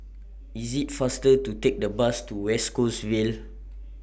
IT IS faster to Take The Bus to West Coast Vale